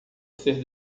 ser